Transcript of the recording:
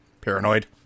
Paranoid